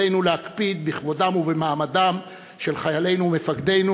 עלינו להקפיד בכבודם ובמעמדם של חיילינו ומפקדינו